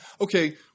Okay